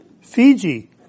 Fiji